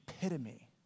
epitome